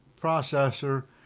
processor